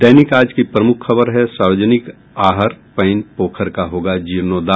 दैनिक आज की प्रमुख खबर है सार्वजनिक आहर पइन पोखर का होगा जीर्णोद्वार